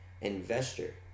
investor